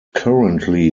currently